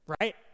right